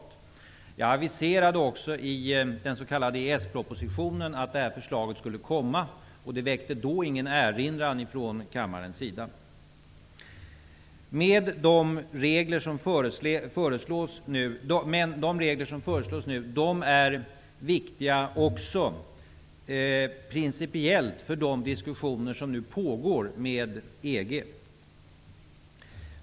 Jag aviserade också i den s.k. EES-propositionen att det här förslaget skulle komma, och det ledde då inte till någon erinran från kammaren. De regler som nu föreslås är också principiellt viktiga för de diskussioner med EG som pågår.